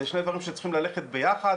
אלה שני דברים שצריכים ללכת ביחד.